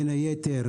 בין היתר,